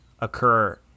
occur